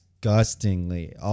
Disgustingly